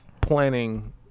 planning